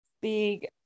big